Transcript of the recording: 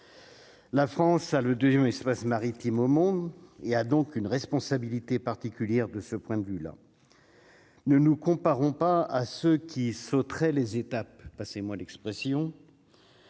la France a le 2ème espace maritime au monde, il y a donc une responsabilité particulière de ce point de vue-là ne nous comparons pas à ceux qui sauterait les étapes, passez-moi l'expression.